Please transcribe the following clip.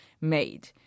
made